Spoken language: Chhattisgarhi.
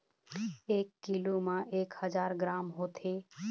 एक कीलो म एक हजार ग्राम होथे